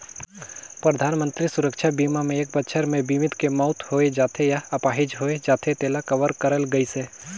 परधानमंतरी सुरक्छा बीमा मे एक बछर मे बीमित के मउत होय जाथे य आपाहिज होए जाथे तेला कवर करल गइसे